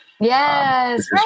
Yes